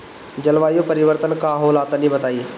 जलवायु परिवर्तन का होला तनी बताई?